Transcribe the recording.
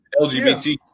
LGBT